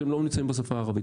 שלא נמצאים בשפה הערבית.